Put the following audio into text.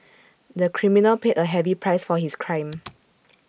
the criminal paid A heavy price for his crime